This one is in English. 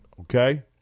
Okay